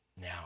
now